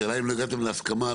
זה חל גם על בן אדם עם מוגבלות.